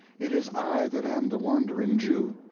it is i that am the wandering jew.